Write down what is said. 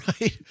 Right